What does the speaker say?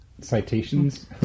citations